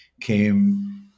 came